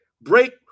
break